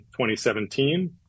2017